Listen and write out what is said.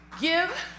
give